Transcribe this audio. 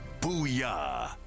Booyah